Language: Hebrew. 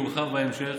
יורחב בהמשך,